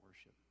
worship